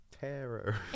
Terror